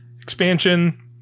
expansion